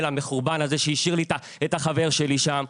המחורבן הזה שהשאיר לי את החבר שלי שם.